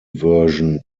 version